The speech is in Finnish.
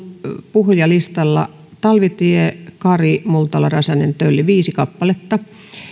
puhujalistalla talvitie kari multala räsänen tölli viisi kappaletta varauksia